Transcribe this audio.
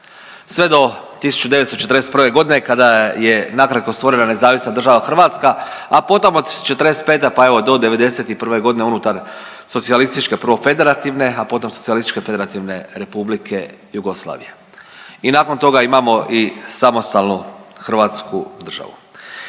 sve do 1941. godine kada je nakratko stvorena Nezavisna Država Hrvatska, a potom od '45. pa evo do '91. godine unutar socijalističke prvo federativne, a potom Socijalističke Federativne Republike Jugoslavije. I nakon toga imamo i samostalnu hrvatsku državu.